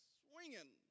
swinging